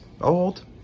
old